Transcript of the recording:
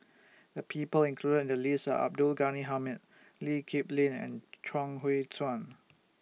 The People included in The list Are Abdul Ghani Hamid Lee Kip Lin and Chuang Hui Tsuan